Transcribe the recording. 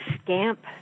scamp